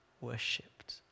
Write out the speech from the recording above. worshipped